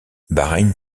bahreïn